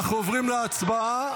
אם כן, אנחנו עוברים להצבעה.